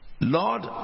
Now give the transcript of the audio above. Lord